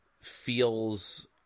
feels